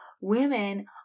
women